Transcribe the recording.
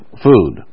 food